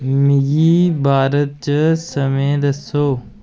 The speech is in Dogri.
मिगी भारत च समें दस्सो